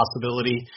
possibility